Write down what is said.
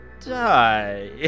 Die